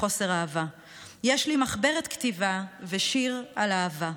מחוסר אהבה./ יש לי מחברת כתיבה ושיר על אהבה.